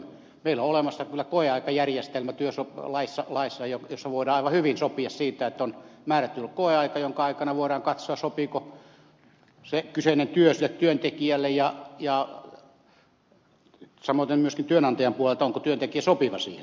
meillä on olemassa kyllä koeaikajärjestelmä laissa ja voidaan aivan hyvin sopia siitä että on määrätty koeaika jonka aikana voidaan katsoa sopiiko se kyseinen työ sille työntekijälle ja samoiten myöskin työnantajan puolelta onko työntekijä sopiva siihen